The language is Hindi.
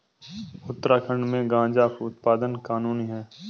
उत्तराखंड में गांजा उत्पादन कानूनी है